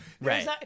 Right